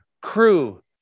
crew